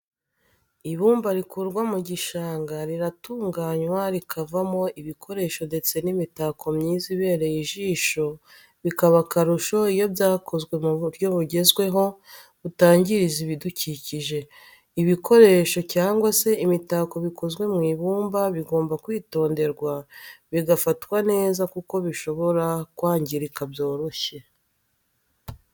Ibumba rikurwa mu gishanga riratunganywa rikavamo ibikoresho ndetse n'imitako myiza ibereye ijisho bikaba akarusho iyo byakozwe mu buryo bugezweho butangiza ibidukikije. ibikoresho cyangwa se imitako bikozwe mu ibumba bigomba kwitonderwa bigafatwa neza kuko bishobora kwangirika byoroshye.